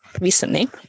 recently